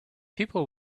people